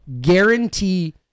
guarantee